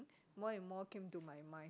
more and more came to my mind